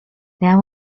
now